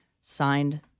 signed